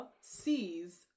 sees